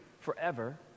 forever